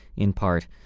in part,